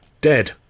Dead